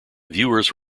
viewers